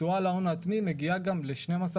ותשואה על ההון העצמי יכולה להגיע גם ל 12%,